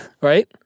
right